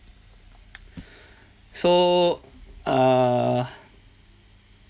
so err